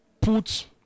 put